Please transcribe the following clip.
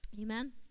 Amen